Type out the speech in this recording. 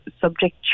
subject